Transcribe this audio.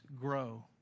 grow